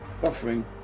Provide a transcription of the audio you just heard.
Suffering